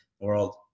world